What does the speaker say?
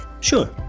Sure